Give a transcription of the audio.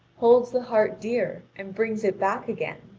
holds the heart dear and brings it back again.